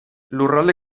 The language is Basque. lurralde